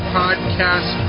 podcast